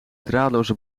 draadloze